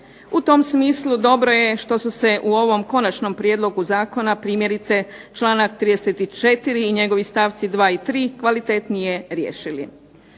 U tom smislu dobro je što su se u ovom konačnom prijedlogu zakona primjerice članak 34. i njegovi stavci 2. i 3. kvalitetnije riješili.